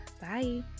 Bye